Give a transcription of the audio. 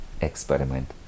experiment